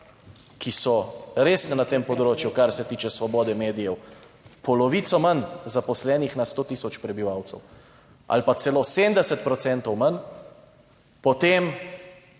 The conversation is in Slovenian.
ki so res na tem področju, kar se tiče svobode medijev polovico manj zaposlenih na 100000 prebivalcev ali pa celo 70 % manj, potem